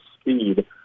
speed